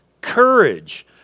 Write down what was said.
courage